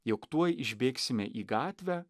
jog tuoj išbėgsime į gatvę